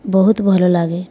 ବହୁତ ଭଲ ଲାଗେ